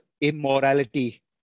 immorality